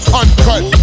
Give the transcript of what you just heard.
uncut